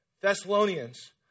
Thessalonians